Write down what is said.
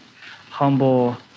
humble